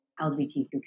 LGBTQ